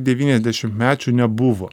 devyniasdešimtmečių nebuvo